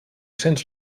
cents